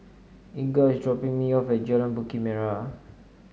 Inga is dropping me off at Jalan Bukit Merah